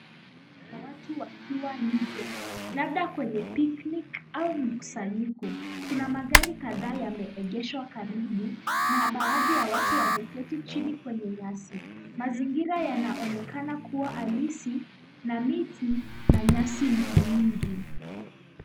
Watu wakiwa nje labda kwenye picnic au mkusanyiko, kuna magari kadhaa yameegeshwa karibu, na baadhi ya watu wameketi chini kwenye nyasi. Mazingira yanaonekana kuwa alisi na miti na nyasi nyingi.